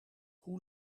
hoe